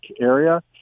area